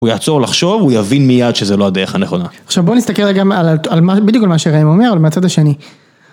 הוא יעצור לחשוב, הוא יבין מיד שזה לא הדרך הנכונה. עכשיו בוא נסתכל רגע, על מה , בדיוק מה שריים אומר, אבל מהצד השני.